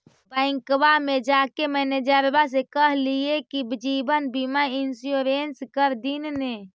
बैंकवा मे जाके मैनेजरवा के कहलिऐ कि जिवनबिमा इंश्योरेंस कर दिन ने?